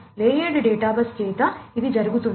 layered data bus చేత ఇది జరుగుతుంది